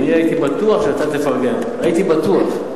אני הייתי בטוח שאתה תפרגן, הייתי בטוח.